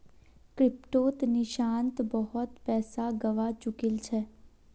क्रिप्टोत निशांत बहुत पैसा गवा चुकील छ